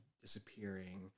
disappearing